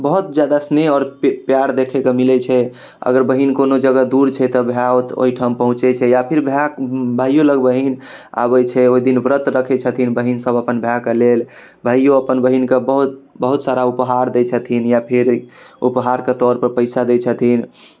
बहुत ज्यादा स्नेह आओर प्यार देखैके मिलै छै अगर बहिन कोनो जगह दूर छै तऽ भाइ ओतऽ ओहिठाम पहुँचै छै या फेर भाइ भाइओ लग बहिन आबै छै ओहिदिन व्रत रखै छथिन बहिनसब अपन भाइके लेल भाइओ अपन बहिनके बहुत बहुत सारा उपहार दै छथिन या फेर उपहारके तौरपर पइसा दै छथिन